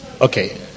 Okay